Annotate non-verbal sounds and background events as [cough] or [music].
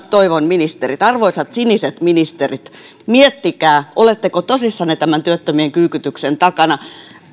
[unintelligible] toivon arvoisat siniset ministerit että miettisitte oletteko tosissanne tämän työttömien kyykytyksen takana